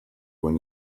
when